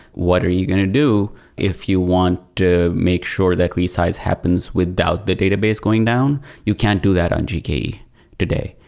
what are you going to do if you want to make sure that resize happens without the database going down? you can't do that on gke today.